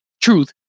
truth